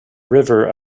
river